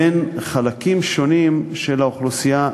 בין חלקים שונים של האוכלוסייה,